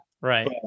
Right